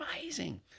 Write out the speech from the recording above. amazing